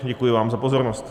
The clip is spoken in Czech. Děkuji vám za pozornost.